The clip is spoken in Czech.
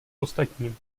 ostatním